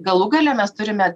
galų gale mes turime